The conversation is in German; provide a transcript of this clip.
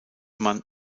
man